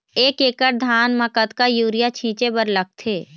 एक एकड़ धान म कतका यूरिया छींचे बर लगथे?